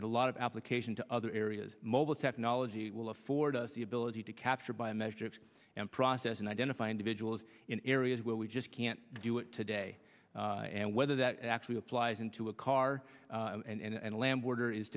and a lot of application to other areas mobile technology will afford us the ability to capture biometrics and process and identify individuals in areas where we just can't do it today and whether that actually applies into a car and land border is